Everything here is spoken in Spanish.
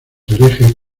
herejes